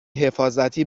حفاظتی